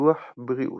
ביטוח בריאות.